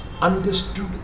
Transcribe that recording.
understood